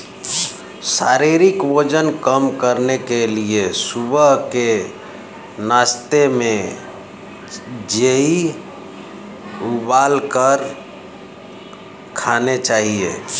शारीरिक वजन कम करने के लिए सुबह के नाश्ते में जेई उबालकर खाने चाहिए